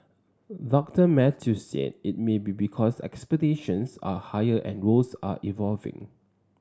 Doctor Mathews said it may be because expectations are higher and roles are evolving